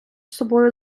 собою